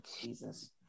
Jesus